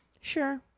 Sure